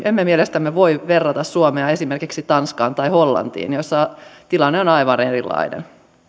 emme mielestämme voi verrata suomea esimerkiksi tanskaan tai hollantiin joissa tilanne on aivan erilainen